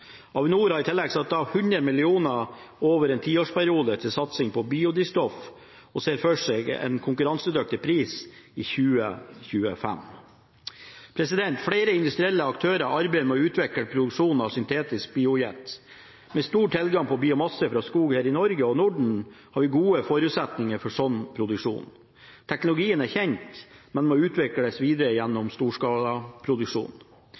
Avinor har i tillegg satt av 100 mill. kr over en tiårsperiode til satsing på biodrivstoff og ser for seg en konkurransedyktig pris i 2025. Flere industrielle aktører arbeider med å utvikle produksjon av syntetisk biojet. Med stor tilgang på biomasse fra skog her i Norge og Norden har vi gode forutsetninger for slik produksjon. Teknologien er kjent, men må utvikles videre